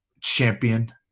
champion